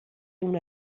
una